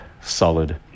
solid